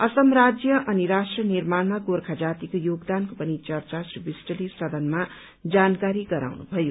असम राज्य अनि राष्ट्र निर्माणमा गोर्खा जातिको योगदानको पनि चर्चा श्री विष्टले सदनमा जानकारी दिनुभयो